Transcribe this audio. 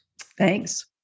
Thanks